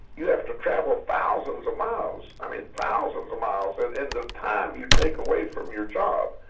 you have to travel thousands of miles, i mean thousands of miles, but and the time you take away from your job,